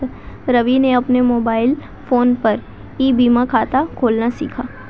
रवि ने अपने mobile phone पर ई बीमा खाता खोलना सीखा